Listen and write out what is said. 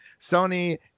Sony